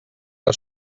que